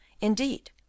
INDEED